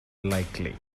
likely